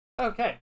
Okay